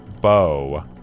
bow